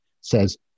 says